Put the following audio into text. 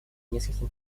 нескольким